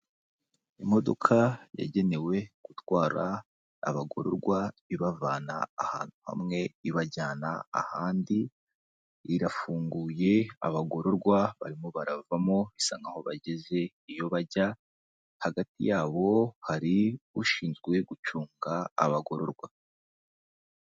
Imodoka yagenewe gutwara abagororwa ibavana ahantu hamwe ibajyana ahandi, irafunguye abagororwa barimo baravamo bisa nk'aho bageze iyo bajya, hagati yabo hari ushinzwe gucunga abagororwa.